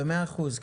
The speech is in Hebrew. במאה אחוז,